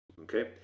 Okay